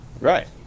Right